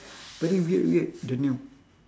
very weird weird the name